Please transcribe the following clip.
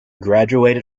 graduated